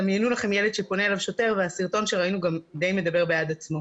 דמיינו לכם ילד שפונה לשוטר והסרטון שראינו גם די מדבר בעד עצמו.